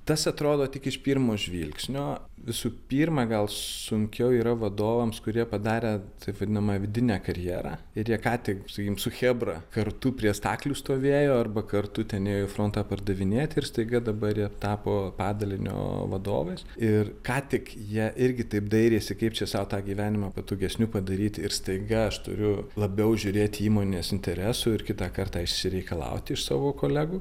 tas atrodo tik iš pirmo žvilgsnio visų pirma gal sunkiau yra vadovams kurie padarę taip vadinamą vidinę karjerą ir jie ką tik sakykim su chebra kartu prie staklių stovėjo arba kartu ten ėjo į frontą pardavinėti ir staiga dabar jie tapo padalinio vadovas ir ką tik jie irgi taip dairėsi kaip čia sau tą gyvenimą patogesniu padaryti ir staiga aš turiu labiau žiūrėti įmonės interesų ir kitą kartą išsireikalauti iš savo kolegų